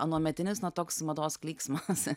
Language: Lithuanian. anuometinis na toks mados klyksmas